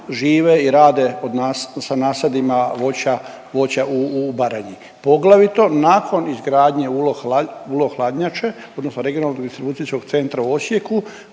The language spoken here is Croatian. žive i rade od nas, sa nasadima voća u Baranji, poglavito nakon izgradnje ULO hladnjače odnosno Regionalnog distribucijskog centra u Osijeku